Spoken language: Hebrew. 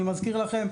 אני מזכיר לכם,